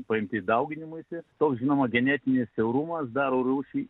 paimti dauginimuisi toks žinoma genetinis siaurumas daro rūšį